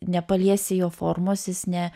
nepaliesi jo formos jis ne